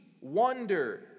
wonder